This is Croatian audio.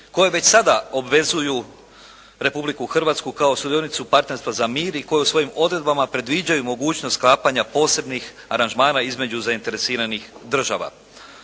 koje već sada obvezuju Republiku Hrvatsku kao sudionicu partnerstva za mir i koje u svojim odredbama predviđaju mogućnost sklapanja posebnih aranžmana između zainteresiranih država.